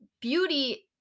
Beauty